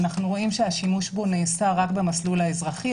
אנחנו רואים שהשימוש בו נעשה רק במסלול האזרחי.